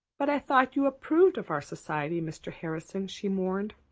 but i thought you approved of our society, mr. harrison, she mourned.